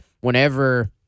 whenever